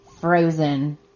frozen